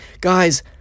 guys